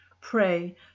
pray